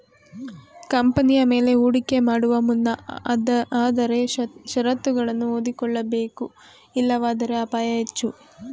ಕಂಪನಿಯ ಮೇಲೆ ಹೂಡಿಕೆ ಮಾಡುವ ಮುನ್ನ ಆದರೆ ಶರತ್ತುಗಳನ್ನು ಓದಿಕೊಳ್ಳಬೇಕು ಇಲ್ಲವಾದರೆ ಅಪಾಯ ಹೆಚ್ಚು